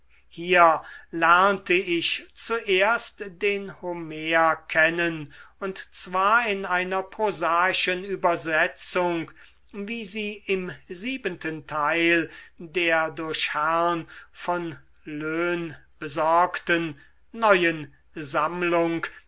hier lernte ich zuerst den homer kennen und zwar in einer prosaischen übersetzung wie sie im siebenten teil der durch herrn von loen besorgten neuen sammlung